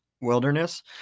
wilderness